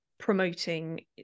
promoting